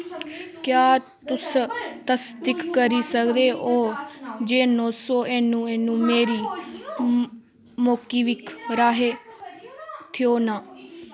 क्या तुस तसदीक करी सकदेओ जे नौ सौ ऐनु ऐनु मेरे मोकी विक राहें थ्हेएयू न